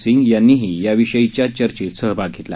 सिंग यांनीही याविषयीच्या चर्चेत सहभाग घेतला